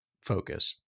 focus